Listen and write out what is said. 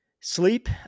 Sleep